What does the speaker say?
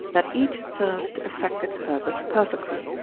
that each serves to effect its purpose perfectly.